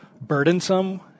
burdensome